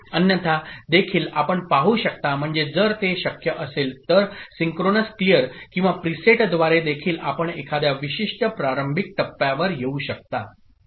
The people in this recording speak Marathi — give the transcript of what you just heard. अन्यथा देखील आपण पाहू शकता म्हणजे जर ते शक्य असेल तर सिंक्रोनस क्लियर किंवा प्रीसेटद्वारे देखील आपण एखाद्या विशिष्ट प्रारंभिक टप्प्यावर येऊ शकता